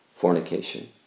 fornication